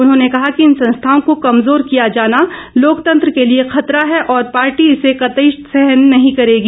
उन्होंने कहा कि इन संस्थाओं को कमज़ोर किया जाना लोकतंत्र के लिए खतरा है और पार्टी इसे कतई सहन नहीं करेगी